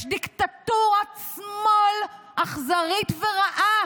יש דיקטטורת שמאל אכזרית ורעה